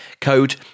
Code